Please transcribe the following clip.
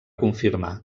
confirmar